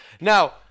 now